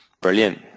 Brilliant